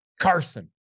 Carson